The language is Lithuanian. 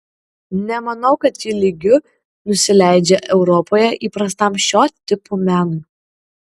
nemanau kad ji lygiu nusileidžia europoje įprastam šio tipo menui